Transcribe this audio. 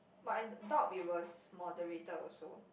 but I doubt it was moderated also